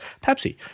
Pepsi